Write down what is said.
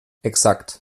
exakt